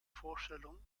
vorstellung